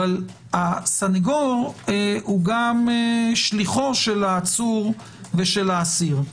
אבל הסנגור הוא גם שליחו של העצור ושל האסיר,